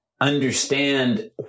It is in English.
understand